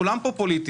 כולם פה פוליטיים,